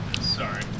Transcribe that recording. Sorry